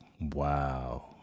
Wow